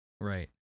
Right